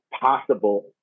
possible